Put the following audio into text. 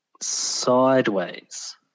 Sideways